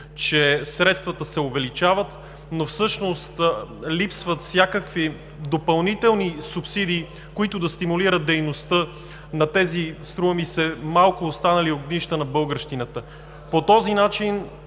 че средствата се увеличават, но всъщност липсват всякакви допълнителни субсидии, които да стимулират дейността на тези, струва ми се, малко останали огнища на българщината. По този начин